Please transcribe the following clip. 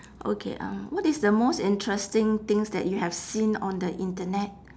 okay um what is the most interesting things that you have seen on the internet